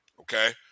okay